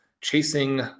chasing